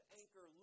anchor